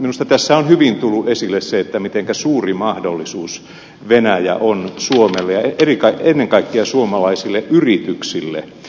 minusta tässä on hyvin tullut esille se miten suuri mahdollisuus venäjä on suomelle ja ennen kaikkea suomalaisille yrityksille